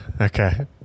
Okay